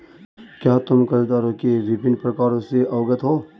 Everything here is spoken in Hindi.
क्या तुम कर्जदारों के विभिन्न प्रकारों से अवगत हो?